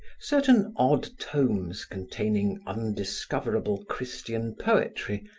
certain odd tomes containing undiscoverable christian poetry,